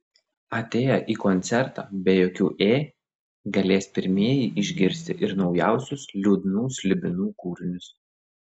atėję į koncertą be jokių ė galės pirmieji išgirsti ir naujausius liūdnų slibinų kūrinius